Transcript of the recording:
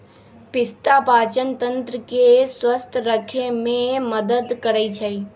पिस्ता पाचनतंत्र के स्वस्थ रखे में मदद करई छई